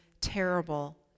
terrible